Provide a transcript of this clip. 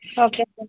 okay madam